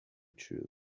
true